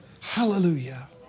Hallelujah